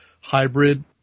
hybrid